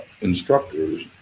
instructors